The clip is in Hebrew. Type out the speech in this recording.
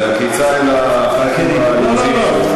זו עקיצה לחבר'ה היהודים פה,